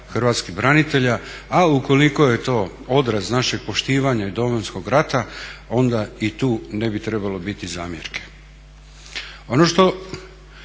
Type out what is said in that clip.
hrvatskih branitelja. A ukoliko je to odraz našeg poštivanja Domovinskog rata onda i tu ne bi trebalo biti zamjerke. Ono što